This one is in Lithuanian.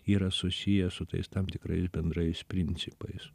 yra susiję su tais tam tikrais bendrais principais